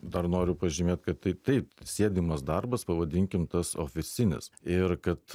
dar noriu pažymėt kad tai taip sėdimas darbas pavadinkim tas ofisinis ir kad